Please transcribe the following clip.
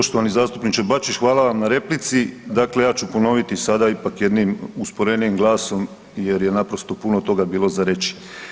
Poštovani zastupniče Bačić hvala vam na replici, dakle ja ću ponoviti sada ipak jednim usporenijim glasom jer je naprosto puno toga bilo za reći.